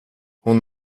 hon